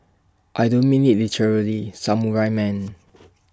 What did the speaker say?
I don't mean IT literally samurai man